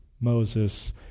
Moses